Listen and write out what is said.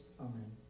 Amen